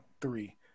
three